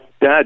dad